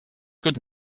good